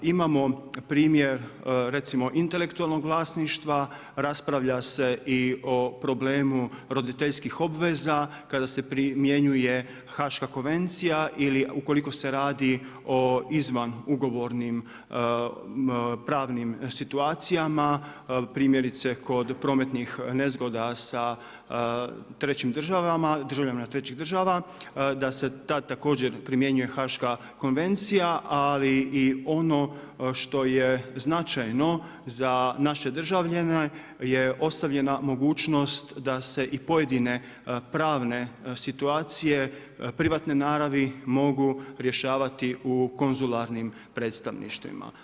Imamo primjer recimo intelektualnog vlasništva, raspravlja se i o problemu roditeljskih obveza kada se primjenjuje Haaška konvencija ili ukoliko se radi o izvan ugovornim pravnim situacija, primjerice kod prometnih nezgoda sa državljanima trećih država da se tad također primjenjuje Haaška konvencija, ali i ono što je značajno za naše državljane je ostavljena mogućnost da se i pojedine pravne situacije privatne naravi mogu rješavati u konzularnim predstavništvima.